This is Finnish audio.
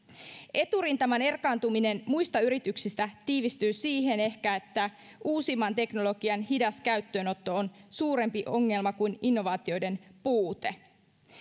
eturintaman erkaantuminen muista yrityksistä tiivistyy ehkä siihen että uusimman teknologian hidas käyttöönotto on suurempi ongelma kuin innovaatioiden puute